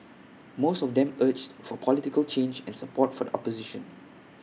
most of them urged for political change and support for the opposition